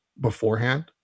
beforehand